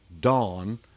dawn